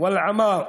מפשע שלנו.